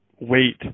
wait